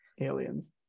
aliens